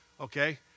okay